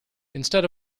instead